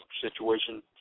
situation